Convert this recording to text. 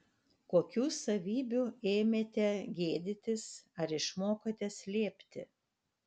kokių savybių ėmėte gėdytis ar išmokote slėpti